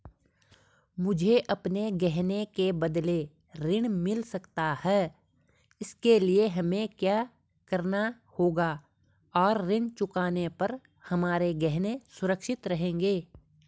मुझे अपने गहने के बदलें ऋण मिल सकता है इसके लिए हमें क्या करना होगा और ऋण चुकाने पर हमारे गहने सुरक्षित रहेंगे?